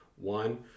one